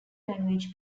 language